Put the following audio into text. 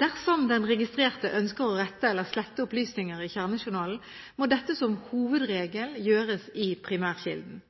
Dersom den registrerte ønsker å rette eller slette opplysninger i kjernejournalen, må dette som hovedregel gjøres i primærkilden.